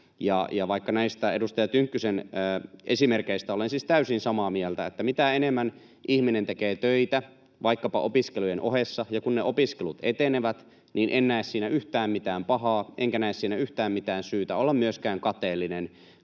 vaikka näistä edustaja Tynkkysen esimerkeistä olen siis täysin samaa mieltä, että mitä enemmän ihminen tekee töitä vaikkapa opiskelujen ohessa, kun ne opiskelut etenevät, en näe siinä yhtään mitään pahaa, enkä näe siinä yhtään mitään syytä olla myöskään kateellinen,